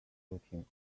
cutting